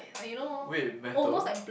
wait metal